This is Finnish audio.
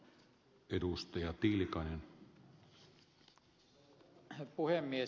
arvoisa puhemies